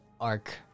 arc